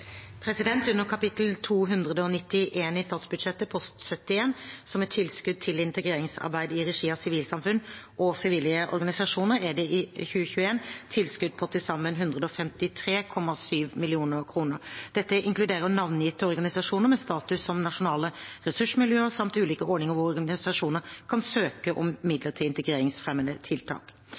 integreringsfeltet. Under kap. 291 i statsbudsjettet, post 71, som gjelder tilskudd til integreringsarbeid i regi av sivilsamfunn og frivillige organisasjoner, er det i 2021 tilskudd på til sammen 153,7 mill. kr. Dette inkluderer navngitte organisasjoner med status som nasjonale ressursmiljøer samt ulike ordninger hvor organisasjoner kan søke om midler til integreringsfremmende tiltak.